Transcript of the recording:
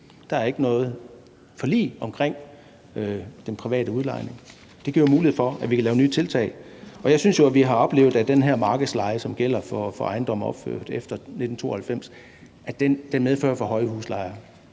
Der er ikke noget forlig omkring den private udlejning. Det giver jo mulighed for, at vi kan lave nye tiltag. Og jeg synes jo, at vi har oplevet, at den her markedsleje, som gælder for ejendomme opført efter 1992, medfører for høje huslejer.